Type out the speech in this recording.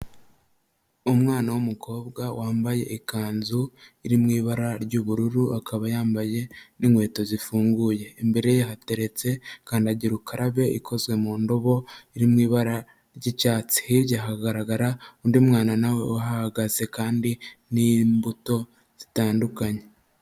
Umwana w'umukobwa wambaye ikanzu iri mu ibara ry'ubururu akaba yambaye n'inkweto zifunguye, imbere hateretse kandagira ukarabe ikoze mu ndobo iri mu ibara ry'icyatsi, hirya hagaragara undi mwana nawe uhahagaze kandi n'imbuto zitandukanye.